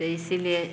त इसीलिए